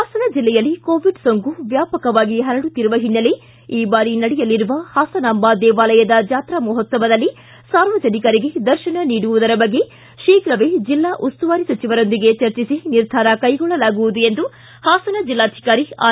ಹಾಸನ ಜಿಲ್ಲೆಯಲ್ಲಿ ಕೋವಿಡ್ ಸೋಂಕು ವ್ಯಾಪಕವಾಗಿ ಪರಡುತ್ತಿರುವ ಹಿನ್ನೆಲೆ ಈ ಬಾರಿ ನಡೆಯಲಿರುವ ಹಾಸನಾಂಬ ದೇವಾಲಯದ ಜಾತ್ರಾ ಮಹೋತ್ಸವದಲ್ಲಿ ಸಾರ್ವಜನಿಕರಿಗೆ ದರ್ಶನ ನೀಡುವುದರ ಬಗ್ಗೆ ಶೀಘವೇ ಜಿಲ್ಲಾ ಉಸ್ತುವಾರಿ ಸಚಿವರೊಂದಿಗೆ ಚರ್ಚಿಸಿ ನಿರ್ಧಾರ ಕೈಗೊಳ್ಳಲಾಗುವುದು ಎಂದು ಪಾಸನ್ ಜಿಲ್ಲಾಧಿಕಾರಿ ಆರ್